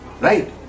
Right